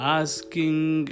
asking